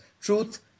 truth